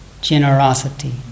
generosity